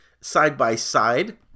side-by-side